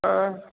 हँ